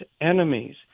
enemies